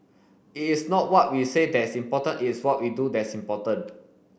it is not what we say that's important it's what we do that's important